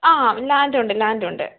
ആ ലാൻഡുണ്ട് ലാൻഡുണ്ട്